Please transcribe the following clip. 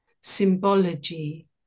symbology